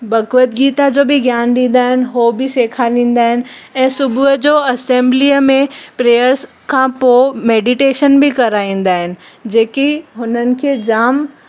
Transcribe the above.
भग्वद गीता जो बि ज्ञानु ॾींदा आहिनि हो बि सेखारींदा आहिनि ऐं सुबुह जो असेंबलीअ में प्रेयर्स खां पोइ मेडीटेशन बि कराईंदा आहिनि जेकी हुननि खे जामु